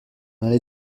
allait